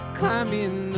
climbing